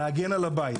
להגן על הבית.